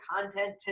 content